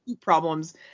problems